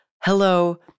Hello